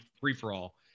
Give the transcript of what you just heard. free-for-all